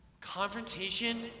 confrontation